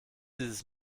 dieses